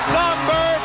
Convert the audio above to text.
number